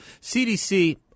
CDC